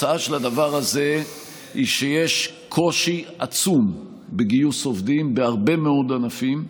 התוצאה של הדבר הזה היא שיש קושי עצום בגיוס עובדים בהרבה מאוד ענפים.